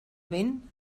vent